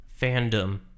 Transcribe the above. fandom